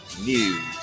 News